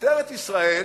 שמשטרת ישראל